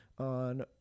on